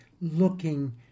looking